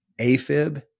AFib